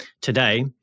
Today